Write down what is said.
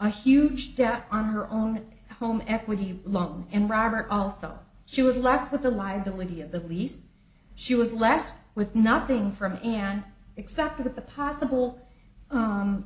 a huge debt on her own home equity loan and robert also she was luck with the liability of the lease she was left with nothing from an except with the possible